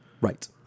Right